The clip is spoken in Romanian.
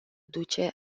duce